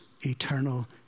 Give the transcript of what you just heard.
eternal